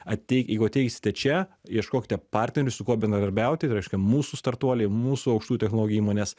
atei jeigu ateisite čia ieškokite partnerių su kuo bendradarbiauti reiškia mūsų startuoliai mūsų aukštų technologijų įmonės